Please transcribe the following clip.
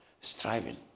striving